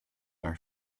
are